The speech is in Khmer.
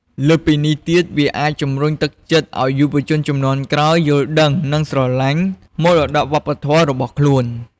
លើសពីនេះ វាអាច ជំរុញទឹកចិត្តឱ្យយុវជនជំនាន់ក្រោយ យល់ដឹង និងស្រឡាញ់មរតកវប្បធម៌របស់ខ្លួន។